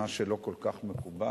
מה שלא כל כך מקובל.